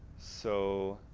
so,